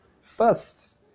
first